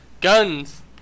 guns